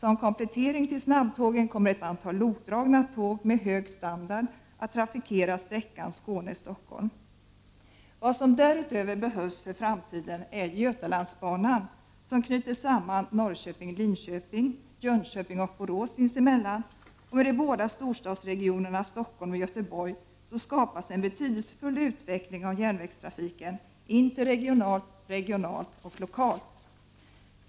Vad som därutöver behövs för framtiden är Götalandsbanan som knyter samman Norrköping/Linköping, Jönköping och Borås sinsemellan och med de båda storstadsregionerna Stockholm och Göteborg. Därmed skapas en betydelsefull utveckling av järnvägstrafiken, interregionalt, regionalt och lokalt.